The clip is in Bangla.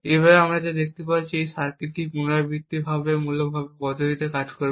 এইভাবে আমরা যা দেখতে পাচ্ছি যে এই সার্কিটটি পুনরাবৃত্তিমূলক পদ্ধতিতে কাজ করবে